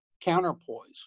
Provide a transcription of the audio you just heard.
counterpoise